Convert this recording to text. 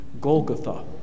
Golgotha